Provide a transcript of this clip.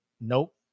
Nope